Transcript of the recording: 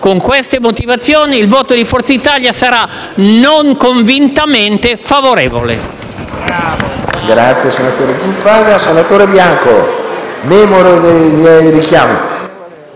Con queste motivazioni il voto di Forza Italia sarà, non convintamente, favorevole.